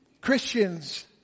Christians